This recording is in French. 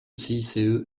cice